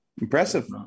Impressive